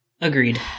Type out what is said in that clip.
Agreed